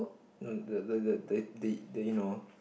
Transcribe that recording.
um like the the the the the the you know